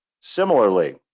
similarly